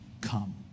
come